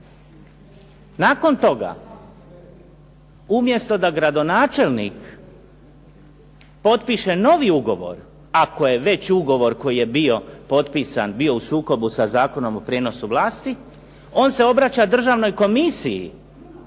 Nakon toga umjesto da gradonačelnik potpiše novi ugovor ako je već ugovor koji je bio potpisan bio u sukobu sa Zakonom o prijenosu vlasti on se obraća državnoj komisiji.